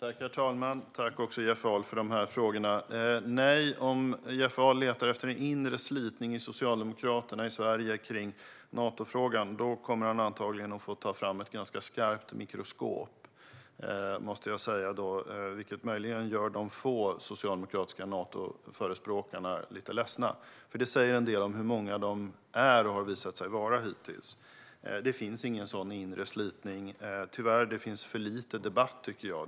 Herr talman! Tack, Jeff Ahl, för frågorna! Om Jeff Ahl letar efter en inre slitning i Socialdemokraterna i Sverige om Natofrågan kommer han antagligen att behöva ta fram ett skarpt mikroskop, vilket möjligen gör de få socialdemokratiska Natoförespråkarna lite ledsna. Det säger en del om hur många de är och har visat sig vara hittills. Det finns ingen sådan inre slitning. Det finns, tyvärr, för lite debatt.